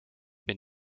been